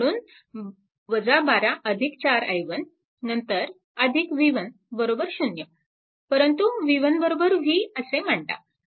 म्हणून 12 4 i1 नंतर v1 0 परंतु v1 v असे मांडा